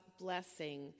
blessing